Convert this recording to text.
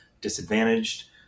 disadvantaged